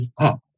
up